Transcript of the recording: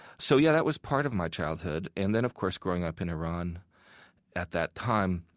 so, yeah, that was part of my childhood. and then, of course, growing up in iran at that time,